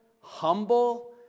humble